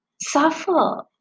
suffer